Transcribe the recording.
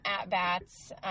at-bats